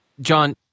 John